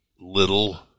little